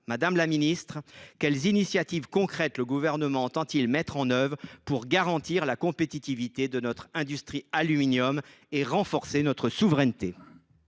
Madame la ministre, quelles initiatives concrètes le Gouvernement entend il prendre pour garantir la compétitivité de notre industrie aluminium et renforcer notre souveraineté ?